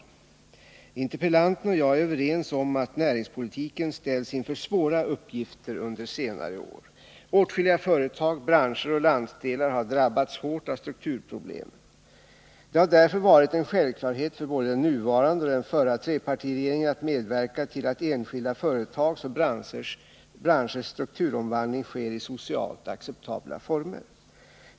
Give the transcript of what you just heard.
Interpellanten och jag är överens om att näringspolitiken ställts inför svåra uppgifter under senare år. Åtskilliga företag, branscher och landsdelar har drabbats hårt av strukturproblem. Det har därför varit en självklarhet för både den nuvarande och den förra trepartiregeringen att medverka till att enskilda företags och branschers strukturomvandling sker i socialt acceptabla former.